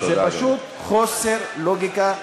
זה פשוט חוסר לוגיקה,